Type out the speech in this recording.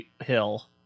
hill